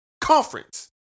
conference